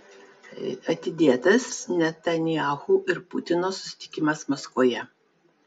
atidėtas netanyahu ir putino susitikimas maskvoje